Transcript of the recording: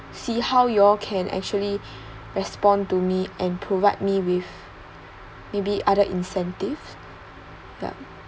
see how y'all can actually respond to me and provide me with maybe other incentive yup